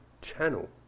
channel